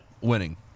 winning